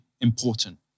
important